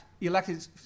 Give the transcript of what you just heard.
elected